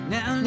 Now